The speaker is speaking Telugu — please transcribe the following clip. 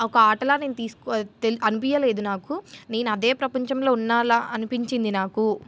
ఒక ఆటలా నేను తీసుకో తె అనిపించలేదు నాకు నేను అదే ప్రపంచంలో ఉండాల అనిపించింది నాకు